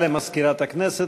תודה למזכירת הכנסת.